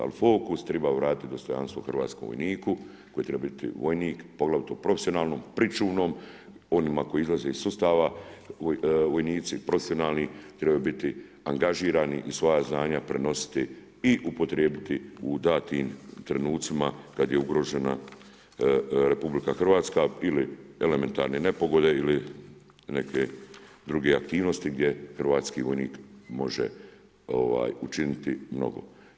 Ali fokus triba vratiti dostojanstvo hrvatskom vojniku koji treba biti vojnik poglavito profesionalnom, pričuvnom, onima koji izlaze iz sustava vojnici profesionalni trebaju biti angažirani i svoja znanja prenositi i upotrijebiti u datim trenucima kad je ugrožena Republika Hrvatska ili elementarne nepogode ili neke druge aktivnosti gdje hrvatski vojnik može učiniti mnogo.